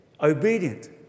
Obedient